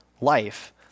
life